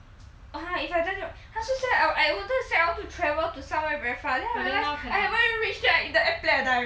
!wah! if I done job how to say I I wanted to say I want to travel to somewhere very far then I realise I haven't reach yet in the airplane I die already